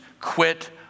quit